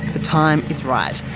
the time is right.